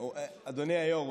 אדוני היו"ר,